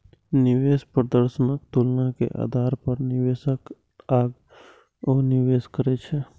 निवेश प्रदर्शनक तुलना के आधार पर निवेशक आगू निवेश करै छै